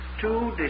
two